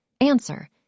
answer